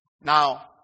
Now